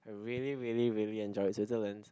I really really really enjoyed Switzerland